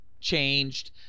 changed